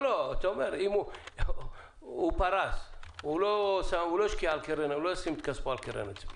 אם היא פרסה, היא לא תשים את כספה על קרן הצבי.